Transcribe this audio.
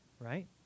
right